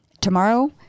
Tomorrow